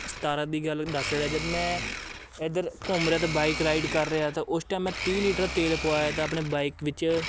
ਸਤਾਰਾਂ ਦੀ ਗੱਲ ਦੱਸ ਰਿਹਾ ਜਦ ਮੈਂ ਇੱਧਰ ਘੁੰਮ ਰਿਹਾ ਤਾ ਬਾਈਕ ਰਾਈਡ ਕਰ ਰਿਹਾ ਤਾ ਉਸ ਟਾਈਮ ਮੈਂ ਤੀਹ ਲੀਟਰ ਤੇਲ ਪਵਾਇਆ ਤਾ ਆਪਣੇ ਬਾਈਕ ਵਿੱਚ